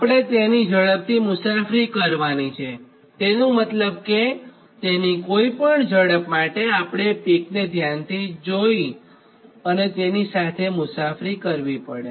આપણે તેની ઝડપથી મુસાફરી કરવાની છેતેનો મતલબ કે તેની કોઇપણ ઝડપ માટે આપણે પીકને ધ્યાનથી જોવાતેની ઝડપથી મુસાફરી કરવી પડે